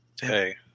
Hey